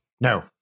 No